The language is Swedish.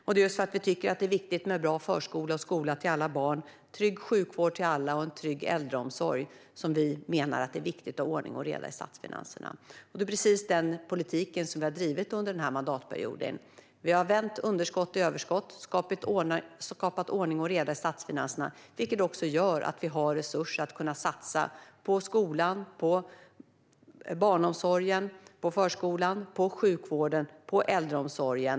Det är just för att vi tycker att det är viktigt med en bra förskola och skola till alla barn, trygg sjukvård till alla och en trygg äldreomsorg som vi menar att det är viktigt att ha ordning och reda i statsfinanserna. Det är precis denna politik som vi har drivit under denna mandatperiod. Vi har vänt underskott till överskott och skapat ordning och reda i statsfinanserna, vilket också gör att vi har resurser för att kunna satsa på skolan, på barnomsorgen, på förskolan, på sjukvården och på äldreomsorgen.